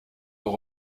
leur